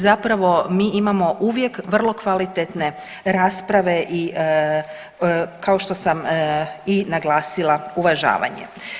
Zapravo mi imamo uvijek vrlo kvalitetne rasprave i kao što sam i naglasila uvažavanje.